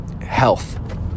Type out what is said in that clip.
Health